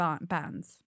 bands